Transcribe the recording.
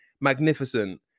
magnificent